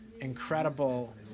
incredible